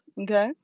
Okay